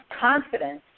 confidence